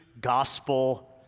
gospel